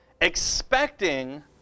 expecting